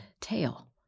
Tail